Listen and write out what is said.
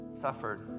suffered